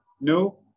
no